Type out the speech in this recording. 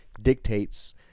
dictates